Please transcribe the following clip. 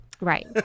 Right